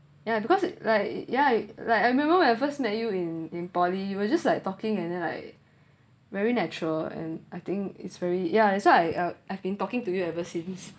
ya because like ya like I remember when I first met you in in poly we were just like talking and then like very natural and I think it's very ya that's why uh I've been talking to you ever since